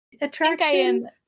attraction